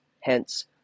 hence